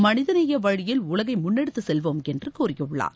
மனிதநேய வழியில் உலகை முன்னெடுத்து செல்வோம் என்று கூறியுள்ளார்